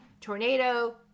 tornado